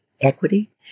equity